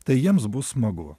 tai jiems bus smagu